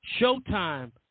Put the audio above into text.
Showtime